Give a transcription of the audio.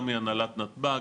גם מהנהלת נתב"ג,